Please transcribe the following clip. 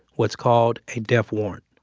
what's called a death warrant.